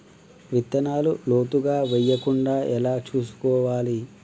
విత్తనాలు లోతుగా వెయ్యకుండా ఎలా చూసుకోవాలి?